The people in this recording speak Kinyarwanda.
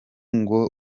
ngo